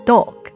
Dog